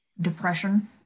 depression